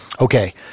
Okay